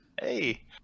Hey